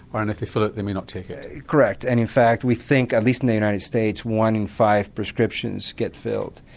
or and if they fill it, they may not take it? correct and in fact we think at least in the united states one in five prescriptions get filled.